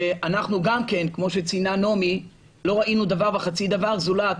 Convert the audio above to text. שאנחנו גם כן לא ראינו דבר וחצי דבר זולת